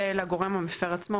ולגורם המפר עצמו,